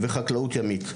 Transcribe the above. וחקלאות ימית.